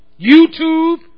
YouTube